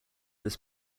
this